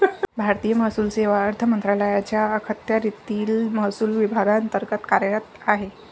भारतीय महसूल सेवा अर्थ मंत्रालयाच्या अखत्यारीतील महसूल विभागांतर्गत कार्यरत आहे